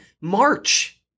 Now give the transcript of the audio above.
March